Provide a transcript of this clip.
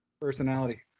Personality